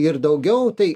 ir daugiau tai